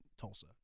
Tulsa